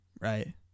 Right